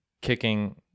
kicking